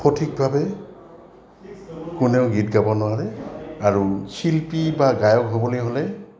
সঠিকভাৱে কোনেও গীত গাব নোৱাৰে আৰু শিল্পী বা গায়ক হ'বলৈ হ'লে